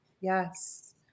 Yes